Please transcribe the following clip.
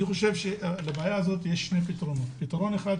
אני חושב שלבעיה הזאת יש שני פתרונות: פתרון אחד,